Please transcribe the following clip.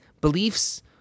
beliefs